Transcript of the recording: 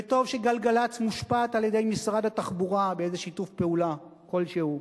וטוב ש"גלגל"צ" מושפעת על-ידי משרד התחבורה באיזה שיתוף פעולה כלשהו,